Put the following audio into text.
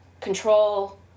control